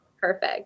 perfect